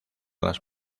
las